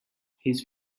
his